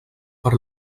per